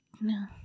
No